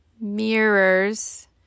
mirrors